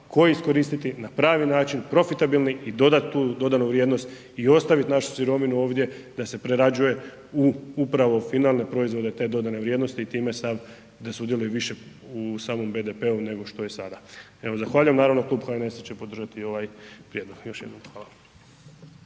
tko iskoristiti na pravi način, profitabilni i dodat tu dodanu vrijednost i ostavit našu sirovinu ovdje da se prerađuje u upravo finalne proizvode te dodane vrijednosti i time sam, da sudjeluje više u samom BDP-u nego što je sada. Evo zahvaljujem, naravno Klub HNS-a će podržati ovaj prijedlog. Još jednom hvala.